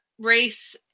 race